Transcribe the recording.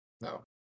No